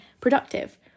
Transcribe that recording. productive